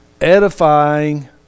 edifying